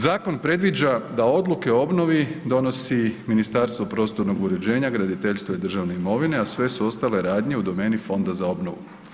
Zakon predviđa da odluke o obnovi donosi Ministarstvo prostornog uređenja, graditeljstva i državne imovine, a sve su ostale radnje u domeni Fonda za obnovu.